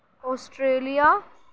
Australia